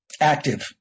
active